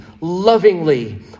lovingly